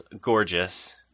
gorgeous